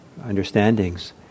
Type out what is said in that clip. understandings